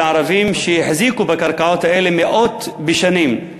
הערבים שהחזיקו בקרקעות האלה מאות בשנים.